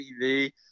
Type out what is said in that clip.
TV